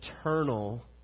eternal